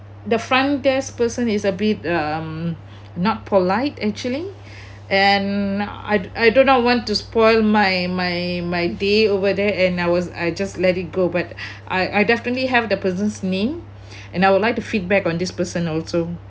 the front desk person is a bit um not polite actually and I I do not want to spoil my my my day over there and I was I just let it go but I I definitely have the person's name and I would like to feedback on this person also